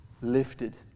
lifted